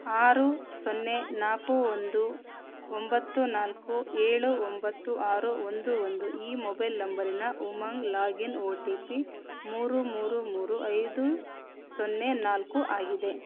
ಆರು ಸೊನ್ನೆ ನಾಲ್ಕು ಒಂದು ಒಂಬತ್ತು ನಾಲ್ಕು ಏಳು ಒಂಬತ್ತು ಆರು ಒಂದು ಒಂದು ಈ ಮೊಬೈಲ್ ನಂಬರಿನ Umang login O T P ಮೂರು ಮೂರು ಮೂರು ಐದು ಸೊನ್ನೆ ನಾಲ್ಕು ಆಗಿದೆ